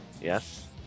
Yes